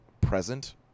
present